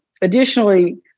additionally